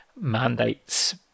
mandates